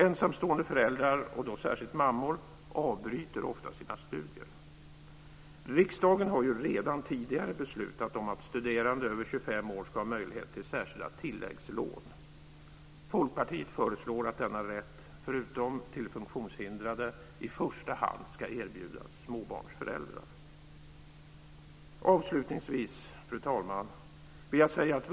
Ensamstående föräldrar, och då särskilt mammor, avbryter ofta sina studier. Riksdagen har redan tidigare beslutat om att studerande över 25 år ska ha möjlighet till särskilda tilläggslån. Folkpartiet föreslår att denna rätt, förutom till funktionshindrade, i första hand ska erbjudas småbarnsföräldrar. Fru talman!